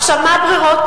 עכשיו, מה הברירות?